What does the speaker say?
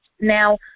Now